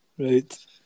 Right